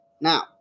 Now